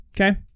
okay